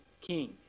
king